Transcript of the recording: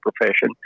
profession